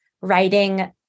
writing